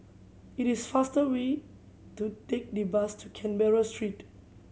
it is faster way to take the bus to Canberra Street